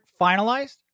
finalized